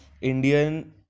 Indian